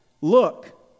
Look